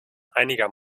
einiger